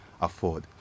afford